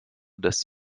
des